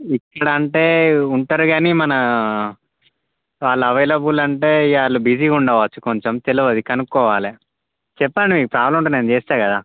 ఇప్పుడంటే ఉంటారు గానీ మన సో వాళ్ళు అవైలబుల్ అంటే ఇక వాళ్ళు బిజీగా ఉండవచ్చు కొంచెం తెలియది కనుక్కోవాలి చెప్పండి మీకు ప్రాబ్లమ్ ఉంటే నేను చేస్తా కదా